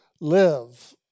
live